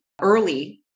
early